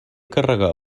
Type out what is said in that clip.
carregar